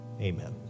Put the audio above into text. Amen